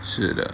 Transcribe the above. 是的